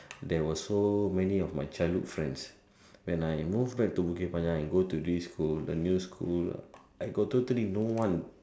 there was so many of my childhood friends when I moved back to Bukit-Panjang and go to this school the new school I got totally no one